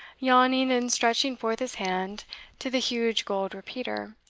yawning and stretching forth his hand to the huge gold repeater,